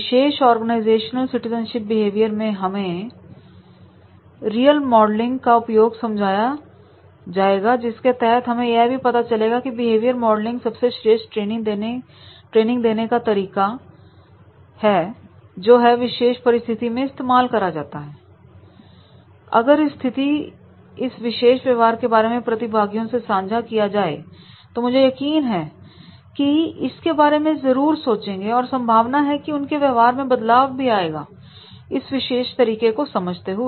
विशेष organisation citizenship behaviour मैं हमें real modelling का उपयोग समझाया जाएगा जिसके तहत हमें यह भी पता चलेगा की बिहेवियर मॉडलिंग सबसे श्रेष्ठ ट्रेनिंग देने का तरीका है जो है विशेष परिस्थिति में इस्तेमाल करा जाता है और अगर इस स्थिति इस विशेष व्यवहार के बारे में प्रतिभागियों से सांझा किया जाए तो मुझे यकीन है कि वह इसके बारे में जरूर सोचेंगे और संभावना है कि उनके व्यवहार में बदलाव भी आएगा इस विशेष तरीके को समझते हुए